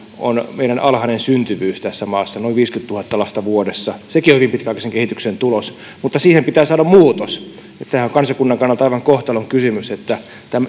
on meidän alhainen syntyvyys tässä maassa noin viisikymmentätuhatta lasta vuodessa sekin on hyvin pitkäaikaisen kehityksen tulos mutta siihen pitää saada muutos tämähän on kansakunnan kannalta aivan kohtalonkysymys että